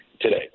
today